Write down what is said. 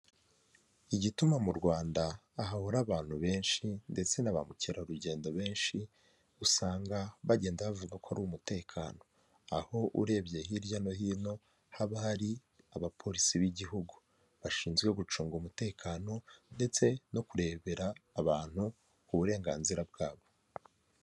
Igituma mu Rwanda hahora abantu benshi ndetse na ba mukerarugendo benshi, usanga bagenda bavuga ko ari umutekano, aho urebye hirya no hino haba hari abaporisi b'igihugu bashinzwe gucunga umutekano ndetse no kurebera abantu uburenganzira bwabo.